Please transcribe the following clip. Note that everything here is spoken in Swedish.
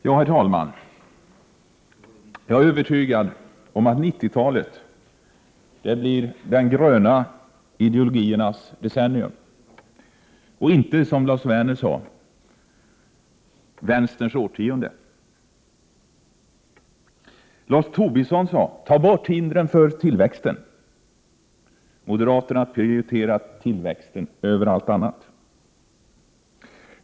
Herr talman! Jag är övertygad om att 90-talet blir de gröna ideologiernas decennium och inte, som Lars Werner sade, vänsterns årtionde. Lars Tobisson sade: Ta bort hindren för tillväxten! Moderaterna prioriterar tillväxten över allt annat.